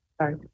sorry